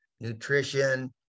nutrition